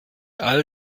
all